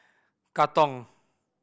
Katong